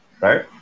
Right